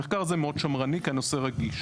המחקר הזה מאוד שמרני כי הנושא רגיש,